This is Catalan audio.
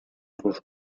ruscos